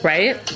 Right